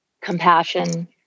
compassion